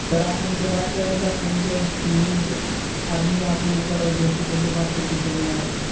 سر آپ ان سے بات کریں سر کون سے بد تمیز آدمی آتے ہیں سر اور جیسے تیسے بات کر کے چلے جاتے ہیں